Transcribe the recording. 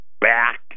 back